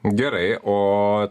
gerai o